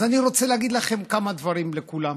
אז אני רוצה להגיד לכם כמה דברים, לכולם: